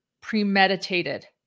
premeditated